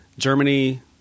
Germany